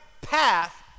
path